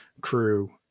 crew